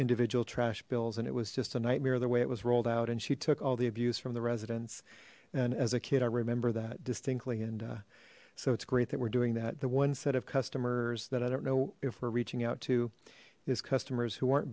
individual trash bills and it was just a nightmare the way it was rolled out and she took all the abuse from the residents and as a kid i remember that distinctly and so it's great that we're doing that the one set of customers that i don't know if we're reaching out to these customers who aren't